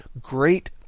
great